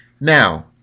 Now